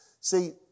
See